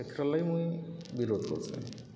ହେଥିରର୍ ଲାଗି ମୁଇଁ ବିରୋଧ୍ କରୁଚେଁ